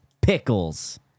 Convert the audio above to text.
pickles